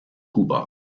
kuba